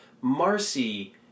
Marcy